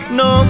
no